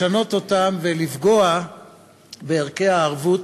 לשנות אותם ולפגוע בערכי הערבות,